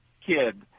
kid